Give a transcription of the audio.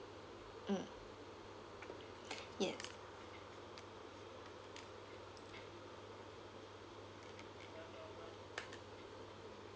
mm yes